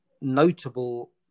notable